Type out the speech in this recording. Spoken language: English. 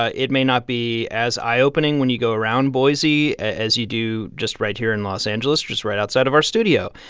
ah it may not be as eye-opening when you go around boise as you do just right here in los angeles, just right outside of our studio.